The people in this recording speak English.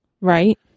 Right